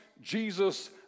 Jesus